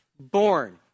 born